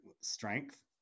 strength